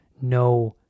no